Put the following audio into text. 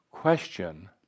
Question